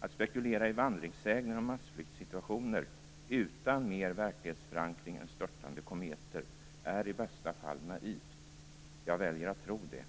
Att spekulera i vandringssägner och massflyktssituationer utan mer verklighetsförankring än störtande kometer är i bästa fall naivt. Jag väljer att tro det.